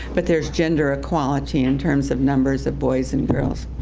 but there's gender equality in terms of numbers of boys and girls.